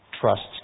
trusts